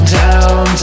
down